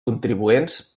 contribuents